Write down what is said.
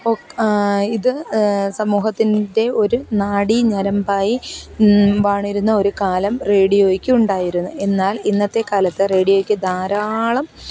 ഒക്കെ ഇത് സമൂഹത്തിന്റെ ഒരു നാഡീഞരമ്പായി വാണിരുന്ന ഒരു കാലം റേഡിയോയ്ക്ക് ഉണ്ടായിരുന്നു എന്നാൽ ഇന്നത്തെക്കാലത്ത് റേഡിയോയ്ക്ക് ധാരാളം